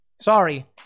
Sorry